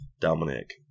Dominic